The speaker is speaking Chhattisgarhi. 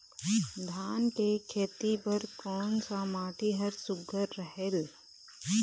धान के खेती बर कोन सा माटी हर सुघ्घर रहेल?